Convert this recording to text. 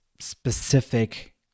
specific